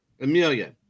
Amelia